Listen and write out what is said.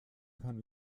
kann